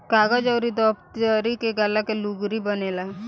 कागज अउर दफ़्ती के गाला के लुगरी बनेला